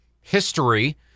history